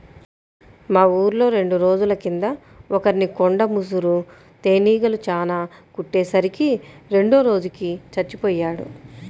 మా ఊర్లో రెండు రోజుల కింద ఒకర్ని కొండ ముసురు తేనీగలు చానా కుట్టే సరికి రెండో రోజుకి చచ్చిపొయ్యాడు